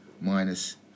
minus